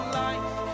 life